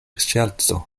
ŝerco